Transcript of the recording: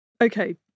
okay